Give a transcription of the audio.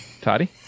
Toddy